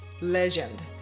legend